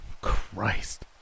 Christ